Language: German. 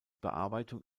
bearbeitung